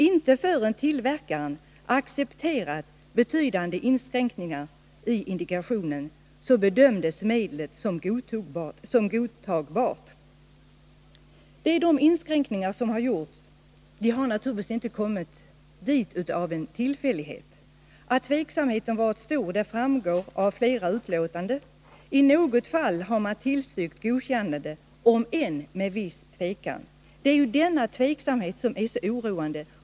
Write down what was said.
Inte förrän tillverkaren accepterat betydande inskränkningar i indikationen bedömdes medlet som godtagbart. De inskränkningar som gjorts har naturligtvis inte tillkommit av en tillfällighet. Att tveksamheten varit stor framgår av flera utlåtanden. I något fall har man tillstyrkt godkännande ”om än med viss tvekan”. Det är denna tveksamhet som är så oroande.